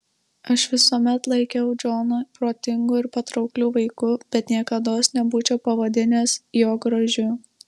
aš visuomet laikiau džoną protingu ir patraukliu vaiku bet niekados nebūčiau pavadinęs jo gražiu